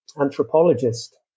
anthropologist